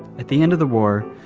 at the end of the war,